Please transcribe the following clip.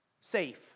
Safe